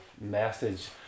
message